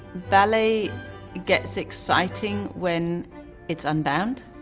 ballet gets exciting when it's unbound,